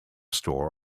store